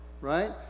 right